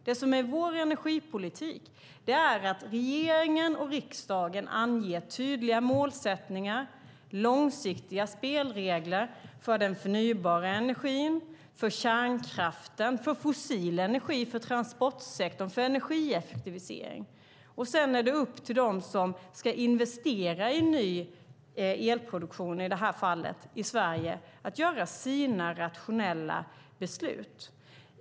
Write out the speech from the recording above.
Det som är vår energipolitik är att regeringen och riksdagen anger tydliga målsättningar och långsiktiga spelregler för den förnybara energin, för kärnkraften, för fossil energi, för transportsektorn och för energieffektivisering. Sedan är det upp till dem som ska investera i ny elproduktion, i det här fallet, i Sverige att fatta sina rationella beslut.